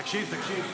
תקשיב, תקשיב.